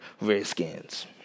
Redskins